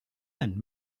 and